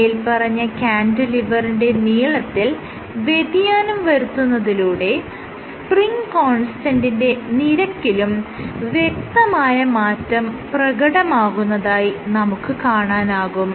മേല്പറഞ്ഞ ക്യാന്റിലിവറിന്റെ നീളത്തിൽ വ്യതിയാനം വരുത്തുന്നതിലൂടെ സ്പ്രിങ് കോൺസ്റ്റന്റിന്റെ നിരക്കിലും വ്യക്തമായ മാറ്റം പ്രകടമാകുന്നതായി നമുക്ക് കാണാനാകും